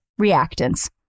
reactants